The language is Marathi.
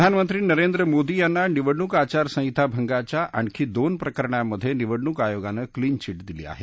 प्रधानमंत्री नरेंद्र मोदी यांना निवडणूक आचारसंहिता भंगाच्या आणखी दोन प्रकरणांमधे निवडणूक आयोगानं क्लीन चीट दिली आहे